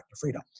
freedom